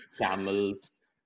camel's